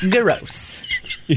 Gross